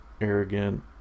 arrogant